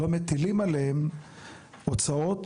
לא מטילים עליהם הוצאות,